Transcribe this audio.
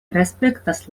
respektas